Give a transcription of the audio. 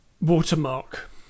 watermark